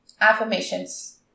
affirmations